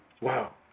Wow